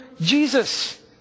Jesus